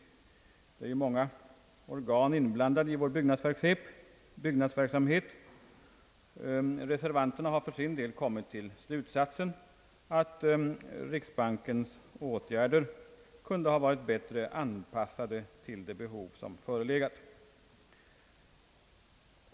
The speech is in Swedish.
Det är många organ inblandade i vår byggnadsverksamhet. Reservanterna har för sin del kommit till slutsatsen, att riksbankens åtgärder kunnat vara bättre anpassade till det behov som förelegat.